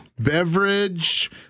Beverage